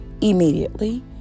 Immediately